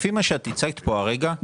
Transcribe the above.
לפי מה שאת הצגת פה הרגע,